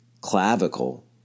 clavicle